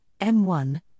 M1